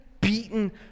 beaten